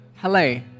Hello